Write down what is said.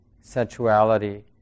sensuality